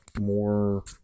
more